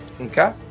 Okay